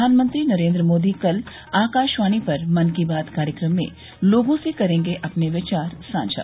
प्रधानमंत्री नरेन्द्र मोदी कल आकाशवाणी पर मन की बात कार्यक्रम में लोगों से करेंगे अपने विचार साझा